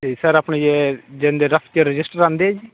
ਅਤੇ ਸਰ ਆਪਣੇ ਜਿੰਨਦੇ ਰਫ 'ਚ ਰਜਿਸਟਰ ਆਉਂਦੇ ਜੀ